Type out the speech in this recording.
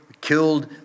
killed